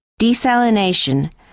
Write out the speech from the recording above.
desalination